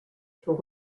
sont